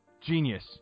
Genius